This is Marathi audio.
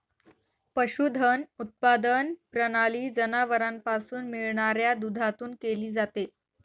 पशुधन उत्पादन प्रणाली जनावरांपासून मिळणाऱ्या दुधातून केली जाते